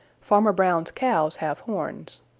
farmer brown's cows have horns.